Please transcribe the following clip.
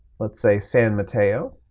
let's say, san mateo,